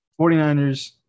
49ers